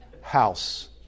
house